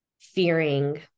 fearing